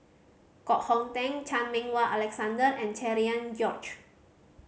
Koh Hong Teng Chan Meng Wah Alexander and Cherian George